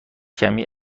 کمی